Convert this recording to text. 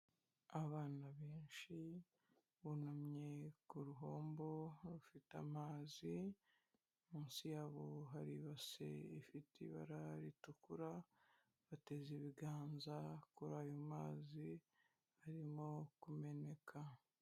Abana benshi bunamye ku ruhombo bafite amazi, munsi yabo hari ibase ifite ibara ritukura, bateza ibiganza kuri ayo mazi arimo kumeneka.